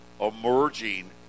emerging